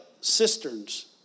cisterns